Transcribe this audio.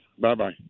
Bye-bye